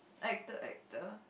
actor actor